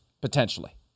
Potentially